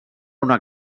una